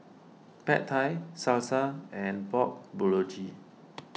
Pad Thai Salsa and Pork Bulgogi